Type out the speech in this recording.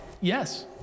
Yes